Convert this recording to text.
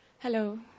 Hello